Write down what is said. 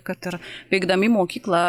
kad ir peikdami mokyklą